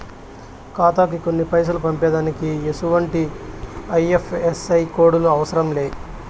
ఖాతాకి కొన్ని పైసలు పంపేదానికి ఎసుమంటి ఐ.ఎఫ్.ఎస్.సి కోడులు అవసరం లే